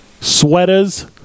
sweaters